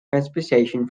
transportation